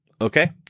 Okay